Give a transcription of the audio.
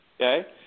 Okay